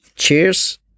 Cheers